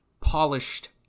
polished